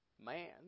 Man